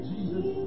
Jesus